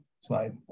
slide